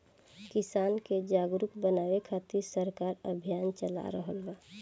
किसान के जागरुक बानवे खातिर सरकार अभियान चला रहल बा